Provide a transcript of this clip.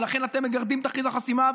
ולכן אתם מגרדים את אחוז החסימה,